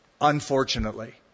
unfortunately